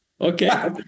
Okay